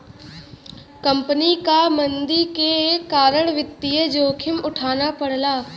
company क मंदी के कारण वित्तीय जोखिम उठाना पड़ला